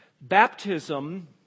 Baptism